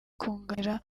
kunganira